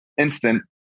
instant